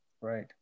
Right